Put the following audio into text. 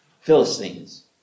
Philistines